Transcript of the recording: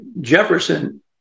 Jefferson